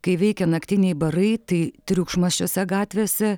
kai veikia naktiniai barai tai triukšmas šiose gatvėse